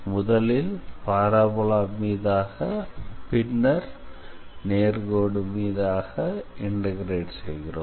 முதலில் பாராபோலா மீதாக பின்னர் நேர்கோடு மீதாக இண்டெக்ரேட் செய்கிறோம்